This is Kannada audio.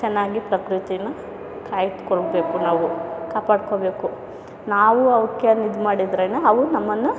ಚೆನ್ನಾಗಿ ಪ್ರಕೃತಿನ ಕಾಯ್ದುಕೊಳ್ಬೇಕು ನಾವು ಕಾಪಾಡಿಕೋಬೇಕು ನಾವು ಅವಕ್ಕೆ ಇದು ಮಾಡಿದರೇನೇ ಅವು ನಮ್ಮನ್ನು